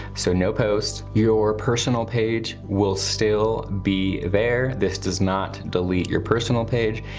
so no post. your personal page will still be there. this does not delete your personal page.